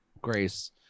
Grace